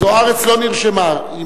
זוארץ לא נרשמה,